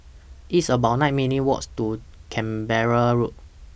It's about nine minutes' Walks to Canberra Road